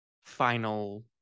final